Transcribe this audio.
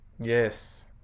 Yes